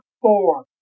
four